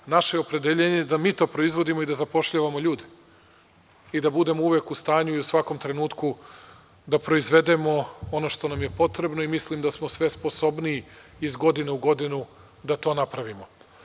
Naše je opredeljenje da mi to proizvodimo i da zapošljavamo ljude i da budemo uvek u stanju i u svakom trenutku da proizvedemo ono što nam je potrebno, i mislim da smo sve sposobniji iz godine u godinu da to napravimo.